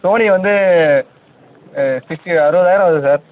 Sony வந்து sixty அறுபதாயிரம் வருது சார்